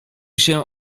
się